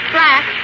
Black